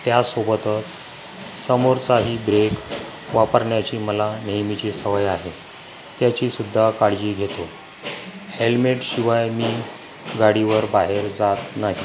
त्यासोबतच समोरचाही ब्रेक वापरण्याची मला नेहमीची सवय आहे त्याचीसुद्धा काळजी घेतो हेल्मेटशिवाय मी गाडीवर बाहेर जात नाही